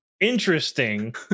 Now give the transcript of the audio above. Interesting